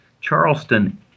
Charleston